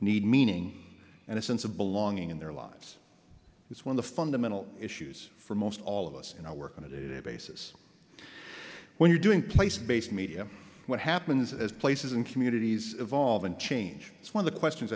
need meaning and a sense of belonging in their lives is when the fundamental issues for most all of us in our work on a daily basis when you're doing place based media what happens as places and communities evolve and change is one of the questions